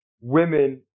women